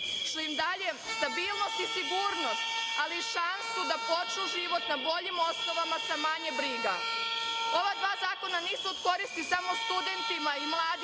što im daje stabilnost i sigurnost, ali i šansu da počnu život na boljim osnovama sa manje briga. Ova dva zakona nisu od koristi samo studentima i mladima,